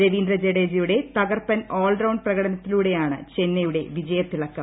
രവീന്ദ്ര ജഡേജയുടെ തകർപ്പൻ all round പ്രകടനത്തിലൂടെയാണ് ചെന്നൈയുടെ വിജയത്തിളക്കം